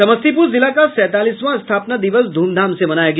समस्तीपूर जिला का सैंतालीसवाँ स्थापना दिवस ध्रमधाम से मनाया गया